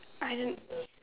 I don't